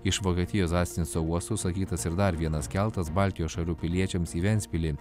iš vokietijos zasnico uosto užsakytas ir dar vienas keltas baltijos šalių piliečiams į ventspilį